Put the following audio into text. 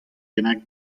bennak